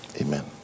Amen